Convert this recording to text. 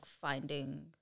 finding